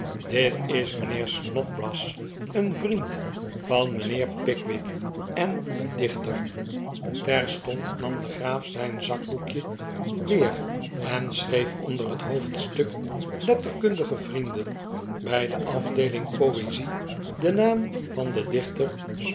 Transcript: dit is mijnheer snodgrass een vriend van mijnheer pickwick en een dichter terstond nam de graaf zijn zakboekje weer en schreef onder het hoofdstuk letterkundige vrienden bij de afdeeling poezie den naam van den dichter